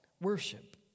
worship